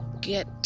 get